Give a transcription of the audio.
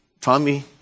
Tommy